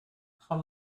van